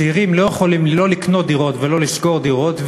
צעירים לא יכולים לא לקנות דירות ולא לשכור דירות,